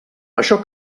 això